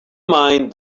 mind